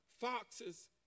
foxes